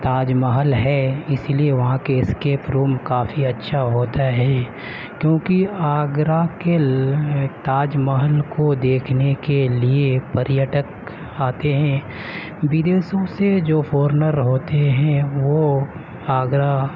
تاج محل ہے اس لیے وہاں کے اسکیپ روم کافی اچھا ہوتا ہے کیوںکہ آگرہ کے تاج محل کو دیکھنے کے لیے پریٹک آتے ہیں ودیشوں سے جو فارنر ہوتے ہیں وہ آگرہ